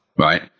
right